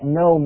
no